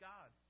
God